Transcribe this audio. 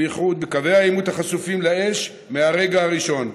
בייחוד בקווי העימות החשופים לאש מהרגע הראשון,